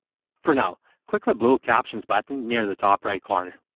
for now, click the blue captions button near the top right corner.